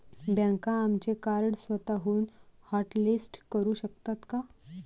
बँका आमचे कार्ड स्वतःहून हॉटलिस्ट करू शकतात का?